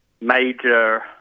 major